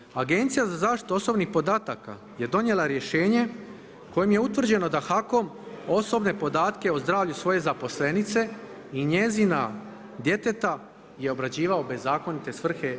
Nadalje, Agencija ja zaštitu osobnih podataka je donijela rješenje kojem je utvrđeno da HAKOM osobne podatke o zdravlju svoje zaposlenice i njezina djeteta je obrađivao u bezakonite svrhe